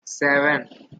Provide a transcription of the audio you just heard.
seven